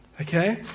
Okay